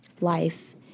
life